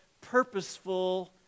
purposeful